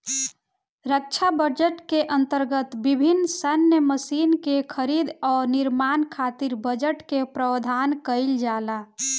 रक्षा budget के अंतर्गत विभिन्न सैन्य मशीन के खरीद आ निर्माण खातिर बजट के प्रावधान काईल जाला